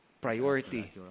priority